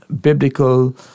biblical